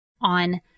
on